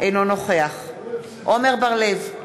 אינו נוכח עמר בר-לב,